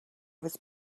was